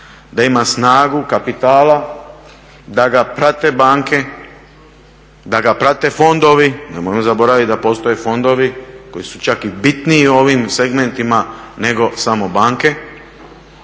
da ima snagu kapitala, da ga prate banke, da ga prate fondovi, nemojmo zaboraviti da postoje fondovi koji su čak i bitniji u ovim segmentima nego samo banke